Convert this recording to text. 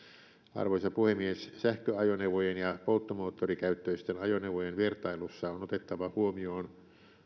arvoisa puhemies sähköajoneuvojen ja polttomoottorikäyttöisten ajoneuvojen vertailussa on otettava huomioon